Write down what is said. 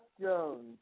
Jones